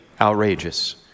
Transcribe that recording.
outrageous